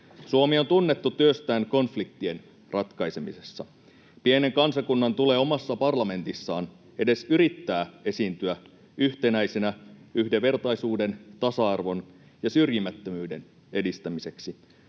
Suomi on tunnettu työstään konfliktien ratkaisemisessa. Pienen kansakunnan tulee omassa parlamentissaan edes yrittää esiintyä yhtenäisenä yhdenvertaisuuden, tasa-arvon ja syrjimättömyyden edistämiseksi.